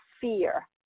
fear